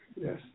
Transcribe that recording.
Yes